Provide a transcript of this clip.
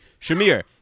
Shamir